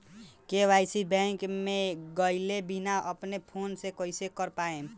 KYC bank मे गएले बिना अपना फोन से कइसे कर पाएम?